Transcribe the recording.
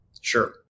Sure